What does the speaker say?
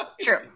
True